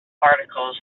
particles